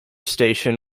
station